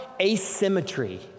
asymmetry